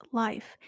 life